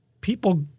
people